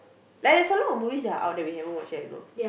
like there's a lot of movies that are out that we haven't watch yet you know